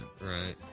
right